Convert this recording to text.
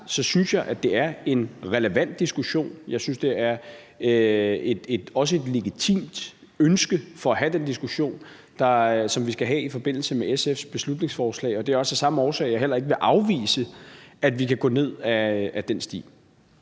synes jeg, det er en relevant diskussion. Jeg synes også, det er et legitimt ønske at have den diskussion, som vi skal have i forbindelse med SF's beslutningsforslag, og det er jo altså af samme årsag, at jeg heller ikke vil afvise, at vi kan gå ned ad den sti.